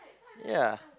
ya